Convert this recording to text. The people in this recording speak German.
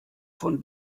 von